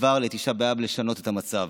לתשעה באב לשנות את המצב.